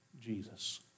Jesus